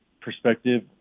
perspective